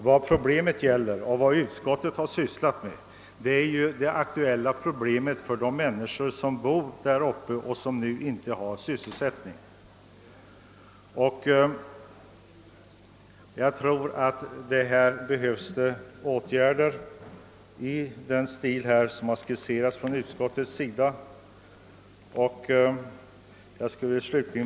Vad saken gäller och vad utskottet har sysslat med är de aktuella problemen för de människor som bor där uppe och som nu inte har sysselsättning. Jag tror att här behövs det åtgärder i den stil som utskottet har skisserat.